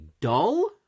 dull